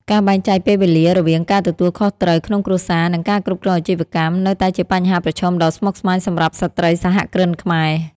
ការបែងចែកពេលវេលារវាងការទទួលខុសត្រូវក្នុងគ្រួសារ និងការគ្រប់គ្រងអាជីវកម្ម នៅតែជាបញ្ហាប្រឈមដ៏ស្មុគស្មាញសម្រាប់ស្ត្រីសហគ្រិនខ្មែរ។